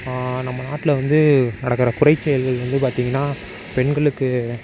நம்ம நாட்டில் வந்து நடக்கிற குறைச்செயல்கள் வந்து பார்த்தீங்கன்னா பெண்களுக்கு